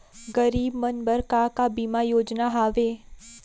गरीब मन बर का का बीमा योजना हावे?